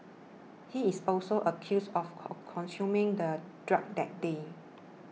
he is also accused of con consuming the drug that day